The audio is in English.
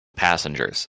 passengers